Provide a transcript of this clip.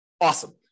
Awesome